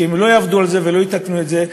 שאם הם לא יעבדו על זה ולא יתקנו את זה,